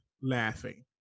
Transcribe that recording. laughing